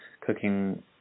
cooking